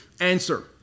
answer